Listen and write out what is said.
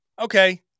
okay